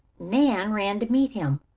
nan ran to meet him.